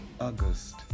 August